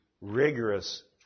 rigorous